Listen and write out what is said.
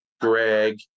greg